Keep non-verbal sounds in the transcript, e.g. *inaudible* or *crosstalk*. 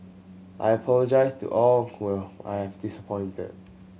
I apologise to all *unintelligible* I have disappointed